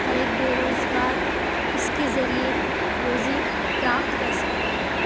ہر ایک بے روزگار اس کے ذریعے روزی پراپت کر سکتے ہیں